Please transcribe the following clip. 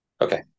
Okay